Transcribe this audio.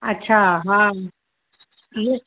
अच्छा हा इयं